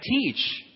teach